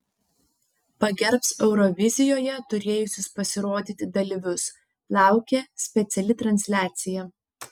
pagerbs eurovizijoje turėjusius pasirodyti dalyvius laukia speciali transliacija